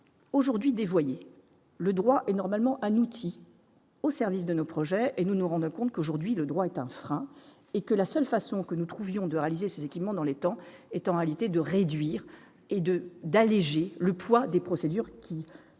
aujourd'hui dévoyé le droit et normalement un outil au service de nos projets et nous nous rendons compte qu'aujourd'hui, le droit est un frein et que la seule façon que nous trouvions de réaliser ses équipements dans les temps étant alité, de réduire et de d'alléger le poids des procédures qui pèse